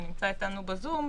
שנמצא איתנו בזום,